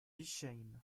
bischheim